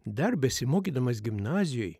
dar besimokydamas gimnazijoj